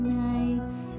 nights